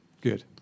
Good